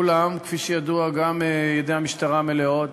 ואולם, כפי שידוע, גם ידי המשטרה מלאות